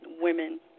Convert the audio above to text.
women